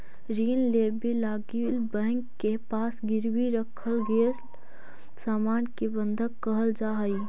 ऋण लेवे लगी बैंक के पास गिरवी रखल गेल सामान के बंधक कहल जाऽ हई